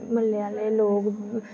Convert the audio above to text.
म्हल्ले आह्ले लोक